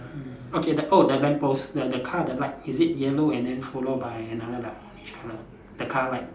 okay the oh the lamppost the the car the light is it yellow and then follow by another like orange colour the car light